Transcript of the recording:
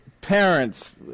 parents